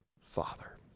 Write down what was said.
Father